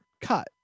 cut